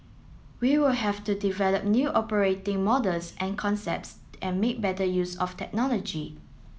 we will have to develop new operating models and concepts and make better use of technology